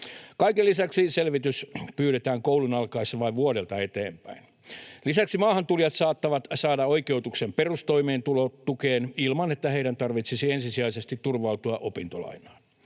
Kaiken lisäksi selvitys pyydetään koulun alkaessa vain vuodelta eteenpäin. Lisäksi maahantulijat saattavat saada oikeutuksen perustoimeentulotukeen ilman että heidän tarvitsisi ensisijaisesti turvautua opintolainaan,